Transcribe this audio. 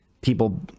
people